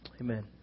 Amen